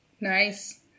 Nice